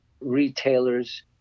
retailers